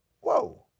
Whoa